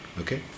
Okay